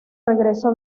regreso